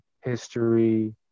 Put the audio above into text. history